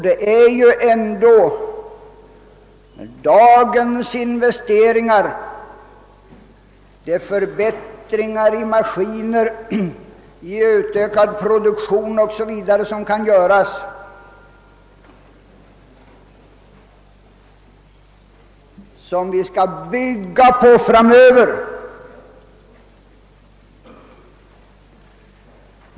Det är ändå dagens investeringar — förbättringar i maskiner, i utökad produktion o.s.v. — som vi skall bygga på framöver.